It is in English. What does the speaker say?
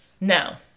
Now